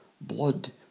blood